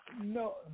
no